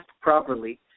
properly